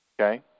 okay